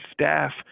staff